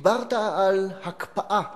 דיברת על הקפאה